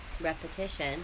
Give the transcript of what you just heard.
repetition